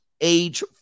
age